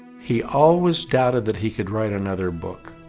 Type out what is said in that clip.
he always doubted that he could write another book,